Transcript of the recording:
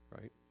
right